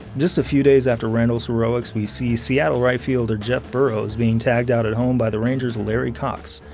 just a few days after randle's heroics, we see seattle rightfielder jeff burroughs being tagged out at home by the rangers' larry cox.